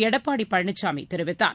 எடப்பாடிபழனிசாமிதெரிவித்தார்